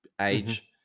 Age